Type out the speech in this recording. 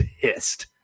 pissed